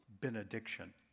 benediction